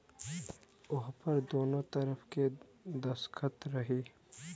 ओहपर दुन्नो तरफ़ के दस्खत रही